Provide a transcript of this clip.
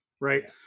Right